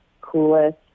coolest